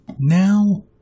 Now